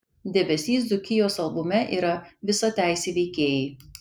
debesys dzūkijos albume yra visateisiai veikėjai